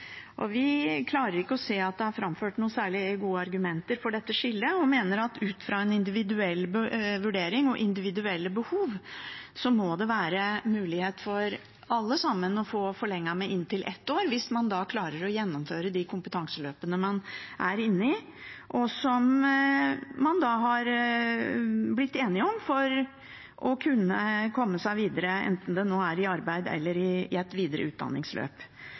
Vi klarer ikke å se at det er framført noen særlig gode argumenter for dette skillet, og mener at ut fra en individuell vurdering og individuelle behov må det være mulighet for alle å få forlengelse med inntil ett år hvis man klarer å gjennomføre de kompetanseløpene man er inne i, og som man har blitt enige om, for å kunne komme seg videre enten det er i arbeid eller et videre utdanningsløp.